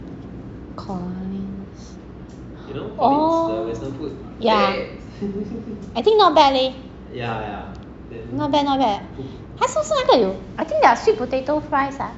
Collin's oh ya I think not bad leh not bad not bad 还是是那个有 I think their sweet potato fries ah